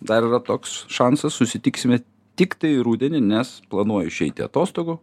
dar yra toks šansas susitiksime tiktai rudenį nes planuoju išeiti atostogų